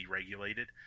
regulated